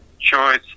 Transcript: choice